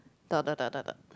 dot dot dot dot dot